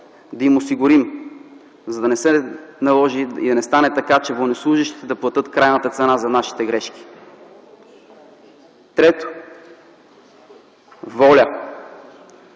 да им осигурим, за да не стане така, че военнослужещите да платят крайната цена за нашите грешки. Трето – воля.